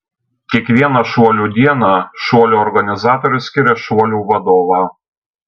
kiekvieną šuolių dieną šuolių organizatorius skiria šuolių vadovą